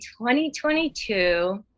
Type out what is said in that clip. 2022